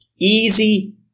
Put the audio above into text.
easy